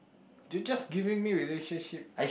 do you just giving me relationship